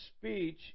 speech